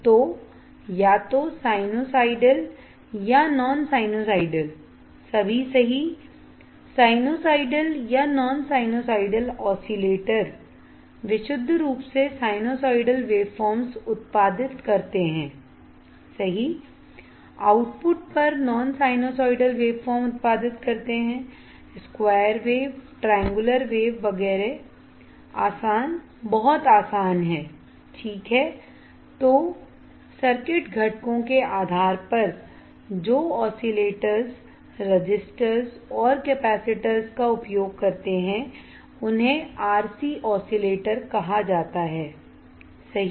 तो या तो साइनुसाइडल या नॉन साइनुसाइडल सभी सही साइनुसाइडल या नॉन साइनुसाइडल ऑसीलेटर विशुद्ध रूप से साइनुसाइडल waveforms उत्पादित करते हैं सही आउटपुट पर नॉन साइनुसाइडल वेवफॉर्म उत्पादित करते हैं स्क्वायर वेवट्रायंगुलर वेव वगैरह आसान बहुत आसान है ठीक है तो सर्किट घटकों के आधार पर जो ऑसिलेटर्स रेसिस्टर्स आर कैपेसिटर का उपयोग करते हैं उन्हें RC ऑसिलेटर्स कहा जाता है सही